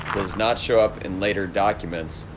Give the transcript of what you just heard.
does not show up in later documents,